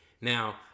Now